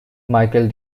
michael